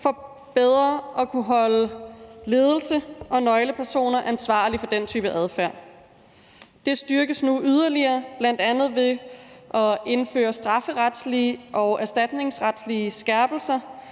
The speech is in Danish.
for bedre at kunne holde ledelse og nøglepersoner ansvarlige for den type adfærd. Det styrkes nu yderligere, bl.a. ved at indføre strafferetslige og erstatningsretslige skærpelser,